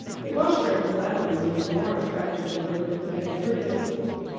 he watched her in silence, and was more attracted to her than he had ever been before.